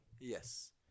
Yes